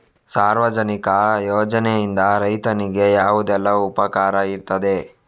ಸಾರ್ವಜನಿಕ ಯೋಜನೆಯಿಂದ ರೈತನಿಗೆ ಯಾವುದೆಲ್ಲ ಉಪಕಾರ ಇರ್ತದೆ?